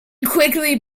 quickly